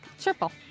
triple